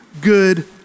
good